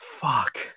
fuck